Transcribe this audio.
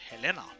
Helena